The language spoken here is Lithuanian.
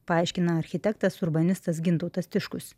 paaiškina architektas urbanistas gintautas tiškus